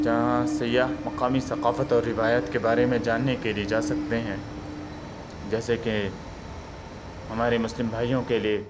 جہاں سیاح مقامی ثقافت اور روایت کے بارے میں جاننے کے لیے جا سکتے ہیں جیسے کہ ہمارے مسلم بھائیوں کے لیے